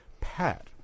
Pat